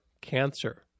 cancer